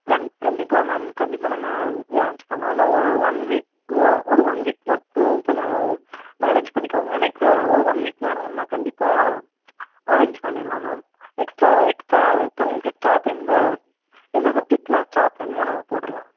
கண் கண்டிப்பாக மேம் கண்டிப்பாக நம்ம வந்து அரேஞ்ச் பண்ணலாம் இன்னும் ஒரு ஒன் வீக்கு ஒரு ஒன் வீக் மட்டும் கொஞ்சம் மேனேஜ் பண்ணிக்கோங்க நெக்ஸ்ட்டு ஒரு ஒன் வீக்கில் நம்ம கண்டிப்பாக அரேஞ்ச் பண்ணிடலாம் மேம் எக்ஸ்ட்ரா எக்ஸ்ட்ரா அது எடுத்து ஸ்டாஃப் எந்த எந்த சப்ஜெக்ட்க்கெலாம் ஸ்டாஃப் வேணுமோ நம்ம போட்டுருலாம் மேம்